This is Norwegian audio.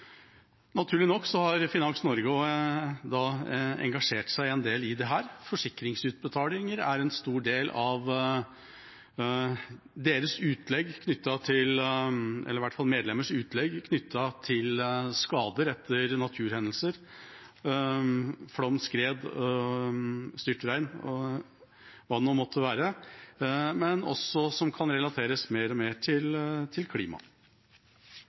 Naturlig nok har Finans Norge engasjert seg en del i dette. Forsikringsutbetalinger er en stor del av deres medlemmers utlegg knyttet til skader etter naturhendelser – flom, skred, styrtregn og hva det nå måtte være – men også det som kan relateres mer og mer til klima.